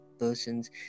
persons